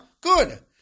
good